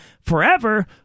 forever